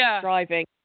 driving